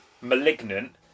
Malignant